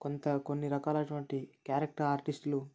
కొంత కొన్ని రకాలైనటువంటి క్యారెక్టర్ ఆర్టిస్టులు